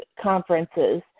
conferences